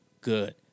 good